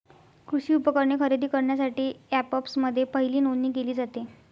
कृषी उपकरणे खरेदी करण्यासाठी अँपप्समध्ये पहिली नोंदणी केली जाते